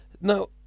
Now